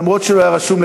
אף שהוא לא היה רשום,